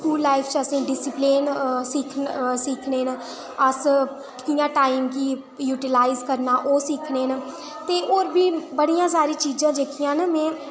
school life च असें discipline सिक्खने न अस कि'यां टाईम गी यूटीलाईज़ करना ओह् सिक्खने न ते होर बी बड़ियां सारियां चीज़ां न जेह्कियां न में